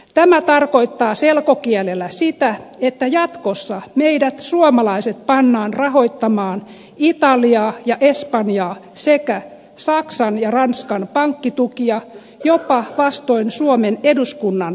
tämä tarkoittaa selkokielellä sitä että jatkossa meidät suomalaiset pannaan rahoittamaan italiaa ja espanjaa sekä saksan ja ranskan pankkitukia jopa vastoin suomen eduskunnan tahtoa